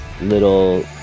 little